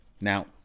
Now